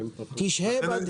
תשהה בדיון.